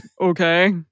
Okay